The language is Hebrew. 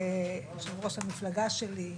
יושב-ראש המפלגה שלי,